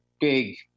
big